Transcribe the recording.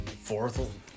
fourth